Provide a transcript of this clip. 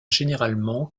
généralement